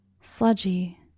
Sludgy